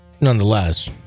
nonetheless